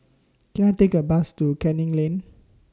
Can I Take A Bus to Canning Lane